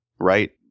right